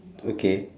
okay